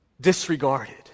disregarded